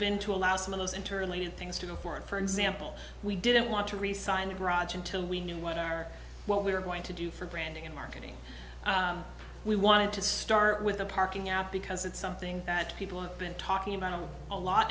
been to allow some of those interrelated things to go for it for example we didn't want to resign the garage until we knew what our what we were going to do for branding and marketing we wanted to start with the parking out because it's something that people have been talking about on a lot